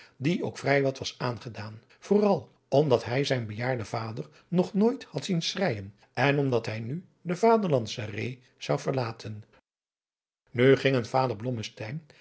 die ook vrij wat was aangedaan vooral omdat adriaan loosjes pzn het leven van johannes wouter blommesteyn hij zijn bejaarden vader nog nooit had zien schreijen en omdat hij nu de vaderlandsche reê zou verlaten nu gingen vader